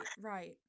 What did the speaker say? right